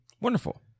wonderful